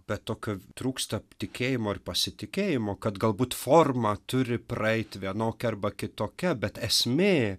be to kad trūksta tikėjimo ir pasitikėjimo kad galbūt forma turi praeiti vienokia arba kitokia bet esmė